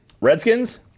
Redskins